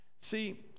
See